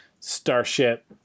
starship